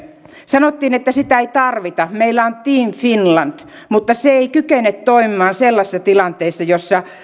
sanottiin että sitä ei tarvita meillä on team finland mutta se ei kykene toimimaan sellaisissa tilanteissa joissa